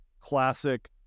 classic